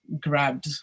grabbed